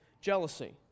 jealousy